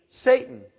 Satan